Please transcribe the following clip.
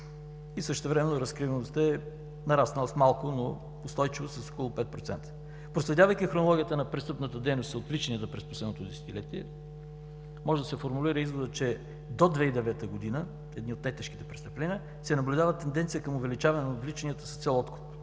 и същевременно разкриваемостта е нараснала с малко, но устойчиво с около 5%. Проследявайки хронологията на престъпната дейност с отвличанията през последното десетилетие може да се формулира изводът, че до 2009 г. при едни от най-тежките престъпления се наблюдава тенденция към увеличаване на отвличанията с цел откуп.